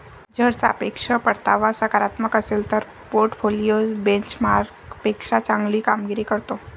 जर सापेक्ष परतावा सकारात्मक असेल तर पोर्टफोलिओ बेंचमार्कपेक्षा चांगली कामगिरी करतो